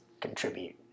contribute